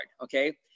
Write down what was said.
Okay